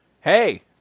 Hey